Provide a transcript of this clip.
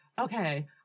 okay